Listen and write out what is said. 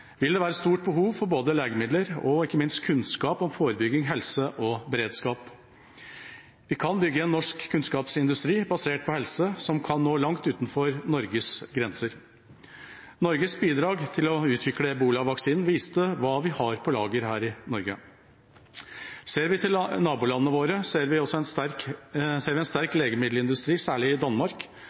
vil det være stort behov for både legemidler og – ikke minst – kunnskap om forebygging, helse og beredskap. Vi kan bygge en norsk kunnskapsindustri basert på helse, som kan nå langt utenfor Norges grenser. Norges bidrag til å utvikle ebolavaksinen viste hva vi har på lager her i Norge. Ser vi til nabolandene våre, ser vi en sterk legemiddelindustri, særlig i Danmark,